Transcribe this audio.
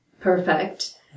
perfect